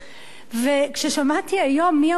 וכששמעתי היום מי המועמדים,